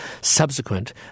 subsequent